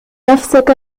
نفسك